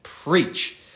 Preach